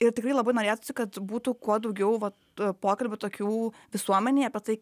ir tikrai labai norėtųsi kad būtų kuo daugiau vat pokalbių tokių visuomenėje tai